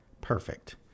Perfect